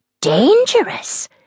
Dangerous